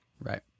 Right